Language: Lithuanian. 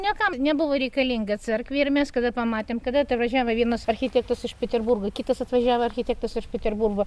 niekam nebuvo reikalinga cerkvė ir mes kada pamatėm kada atvažiavo vienas architektas iš peterburgo kitas atvažiavo architektas iš peterburgo